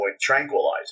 tranquilizer